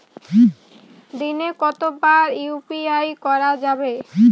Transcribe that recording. দিনে কতবার ইউ.পি.আই করা যাবে?